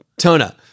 Tona